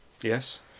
Yes